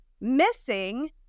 missing